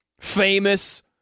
famous